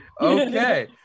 Okay